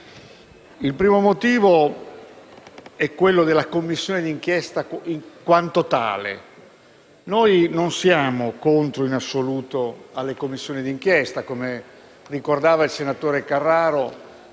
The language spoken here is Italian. Il primo motivo riguarda la Commissione di inchiesta in quanto tale. Noi non siamo in assoluto contrari alle Commissioni d'inchiesta. Come ricordava il senatore Carraro,